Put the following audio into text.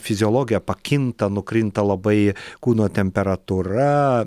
fiziologija pakinta nukrinta labai kūno temperatūra